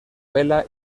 vela